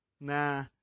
Nah